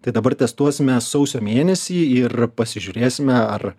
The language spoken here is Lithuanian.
tai dabar testuosime sausio mėnesį ir pasižiūrėsime ar